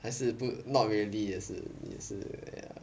还是不 not really 也是也是 uh